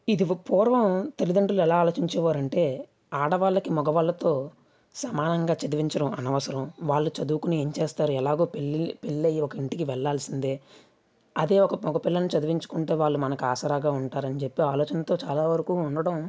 ఇదివ పూర్వం తల్లిదండ్రులు ఎలా ఆలోచించేవారు అంటే ఆడవాళ్ళకి మగవాళ్ళతో సమానంగా చదివించడం అనవసరం వాళ్ళు చదువుకుని ఏం చేస్తారు ఎలాగో పెళ్ళయ్యి ఒక ఇంటికి వెళ్ళాల్సిందే అదే ఒక మగ పిల్లడిని చదివించుకుంటే వాళ్ళు మనకు ఆసరాగా ఉంటారని చెప్పి ఆలోచనతో చాలా వరకు ఉండటం